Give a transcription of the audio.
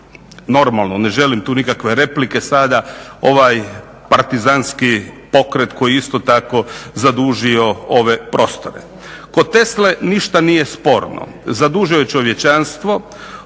normalno ne želim tu nikakve replike sada, ovaj partizanski pokret koji isto tako zadužio ove prostore. Kod Tesle ništa nije sporno. Zadužio je čovječanstvo